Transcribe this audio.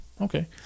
Okay